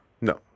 No